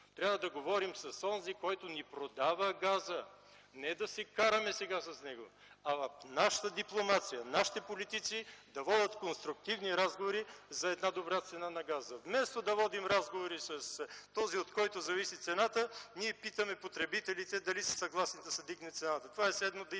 Трябва да говорим с онзи, който ни продава газа. Не да се караме сега с него, а нашата дипломация, нашите политици, да водят конструктивни разговори за една добра цена на газа. Вместо да водим разговори с този, от когото зависи цената, ние питаме потребителите дали са съгласни да се вдигне цената.